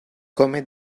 come